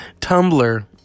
Tumblr